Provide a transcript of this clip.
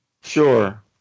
sure